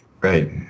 Right